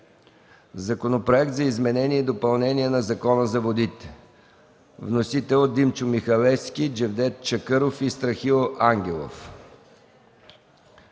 Законопроект за изменение и допълнение на Закона за водите. Вносители са Димчо Михалевски, Джевдет Чакъров и Страхил Ангелов.